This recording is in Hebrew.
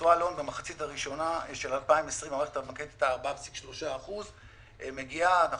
התשואה להון במחצית הראשונה של 2020 הייתה 4.3%. אנחנו